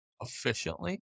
efficiently